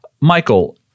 Michael